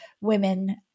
women